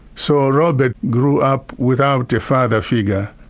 so ah robert grew up without a father figure,